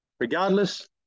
Regardless